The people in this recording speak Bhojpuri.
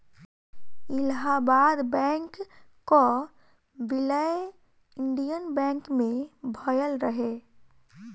इलाहबाद बैंक कअ विलय इंडियन बैंक मे भयल रहे